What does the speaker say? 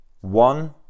One